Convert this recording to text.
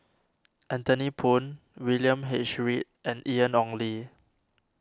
Anthony Poon William H Read and Ian Ong Li